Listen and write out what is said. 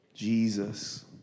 Jesus